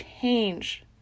change